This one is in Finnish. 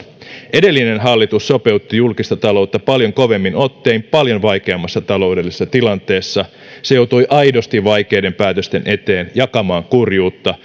edellinen hallitus sopeutti julkista taloutta paljon kovemmin ottein paljon vaikeammassa taloudellisessa tilanteessa se joutui aidosti vaikeiden päätösten eteen jakamaan kurjuutta